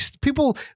people